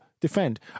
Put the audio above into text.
defend